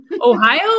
Ohio